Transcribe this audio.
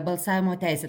balsavimo teisę